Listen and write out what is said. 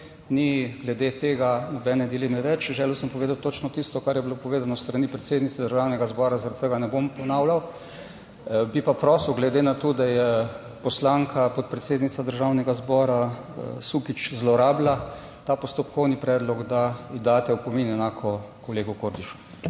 ni glede tega nobene dileme več. Želel sem povedati točno tisto, kar je bilo 9. TRAK (VI) 14.40 (nadaljevanje) povedano s strani predsednice Državnega zbora, zaradi tega ne bom ponavljal. Bi pa prosil, glede na to, da je poslanka, podpredsednica Državnega zbora, Sukič, zlorabila ta postopkovni predlog, da ji daste opomin, enako kolegu Kordišu.